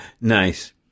Nice